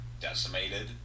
decimated